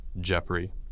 Jeffrey